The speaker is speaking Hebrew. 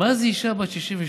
מה זה אישה בת 62?